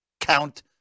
count